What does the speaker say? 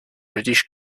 british